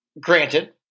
Granted